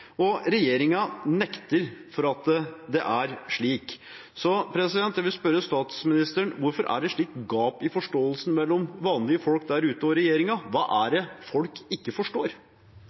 og regjeringen nekter for at det er slik. Så jeg vil spørre statsministeren: Hvorfor er det slikt gap i forståelsen mellom vanlige folk der ute og regjeringen? Hva er det folk ikke forstår?